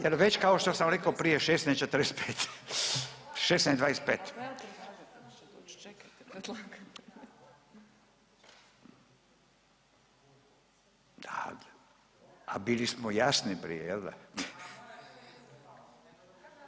Jel već kao što sam reko prije 16 i 45, 16 i 25? A bili smo jasni prije, jel da?